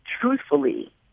truthfully